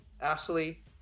Ashley